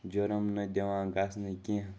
جُرُم نہٕ دِوان گژھنہٕ کینٛہہ